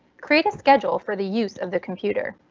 create a schedule for the use of the computer.